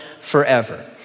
forever